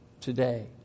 today